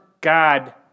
God